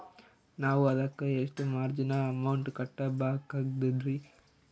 ನಾವು ಅದಕ್ಕ ಎಷ್ಟ ಮಾರ್ಜಿನ ಅಮೌಂಟ್ ಕಟ್ಟಬಕಾಗ್ತದ್ರಿ?